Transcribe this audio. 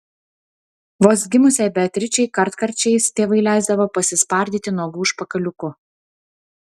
vos gimusiai beatričei kartkarčiais tėvai leisdavo pasispardyti nuogu užpakaliuku